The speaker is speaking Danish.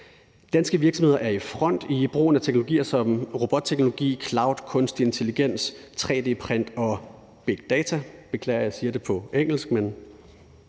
Danske virksomheder er i front i brugen af teknologier som robotteknologi, cloud, kunstig intelligens, 3 D-print og big data